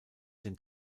den